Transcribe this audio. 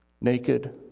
Naked